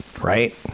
right